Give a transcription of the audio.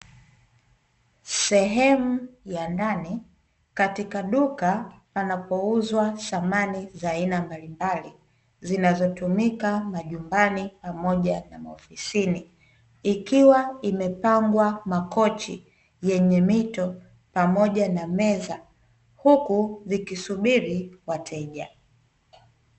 Sehemu ya ndani, katika duka panapouzwa samani za aina mbalimbali, zinazotumika majumbani pamoja na maofisini, ikiwa imepangwa makochi yenye mito pamoja na meza, huku vikisubiri wateja.